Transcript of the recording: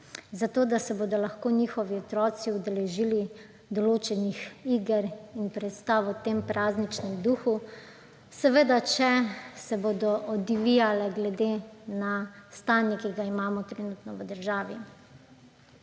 zato da se bodo lahko njihovi otroci udeležili določenih iger in predstav v tem prazničnem duhu, seveda če se bodo odvijale glede na stanje, ki ga imamo trenutno v državi.